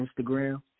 Instagram